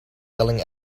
yelling